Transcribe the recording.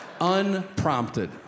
Unprompted